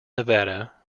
nevada